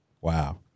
Wow